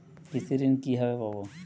কৃষি ঋন কিভাবে পাব?